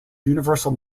universal